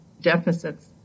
deficits